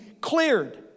cleared